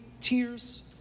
tears